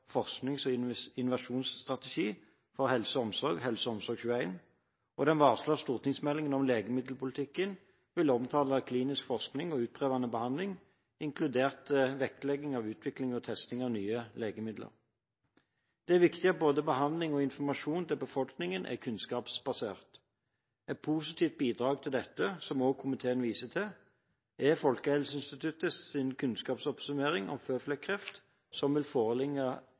forsknings- og innovasjonsstrategi for helse og omsorg, HelseOmsorg 21, og den varslede stortingsmeldingen om legemiddelpolitikken vil omtale klinisk forskning og utprøvende behandling, inkludert vektlegging av utvikling og testing av nye legemidler. Det er viktig at både behandling og informasjon til befolkningen er kunnskapsbasert. Et positivt bidrag til dette, som også komiteen viser til, er Folkehelseinstituttets kunnskapsoppsummering om føflekkreft, som vil foreligge